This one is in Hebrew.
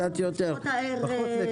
בשעות הערב.